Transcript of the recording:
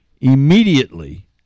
immediately